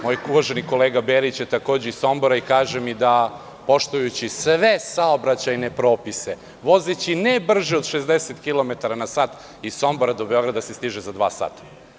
Moj uvaženi kolega Berić je takođe iz Sombora i kaže mi da, poštujući sve saobraćajne propise, vozeći ne brže od 60 kilometara na sat, iz Sombora do Beograda se stiže za dva sata.